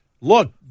look